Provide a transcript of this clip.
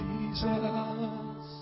Jesus